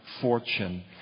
fortune